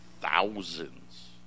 thousands